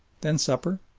then supper,